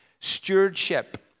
stewardship